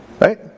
right